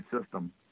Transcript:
system